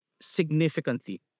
Significantly